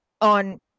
on